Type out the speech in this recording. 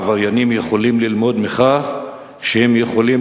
העבריינים יכולים ללמוד מכך שהם יכולים